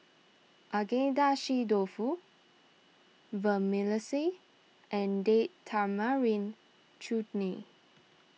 Agedashi Dofu Vermicelli and Date Tamarind Chutney